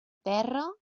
terra